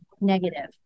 negative